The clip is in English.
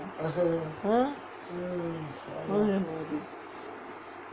ah